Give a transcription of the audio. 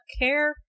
care